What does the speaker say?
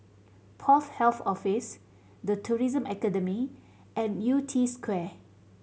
Port Health Office The Tourism Academy and Yew Tee Square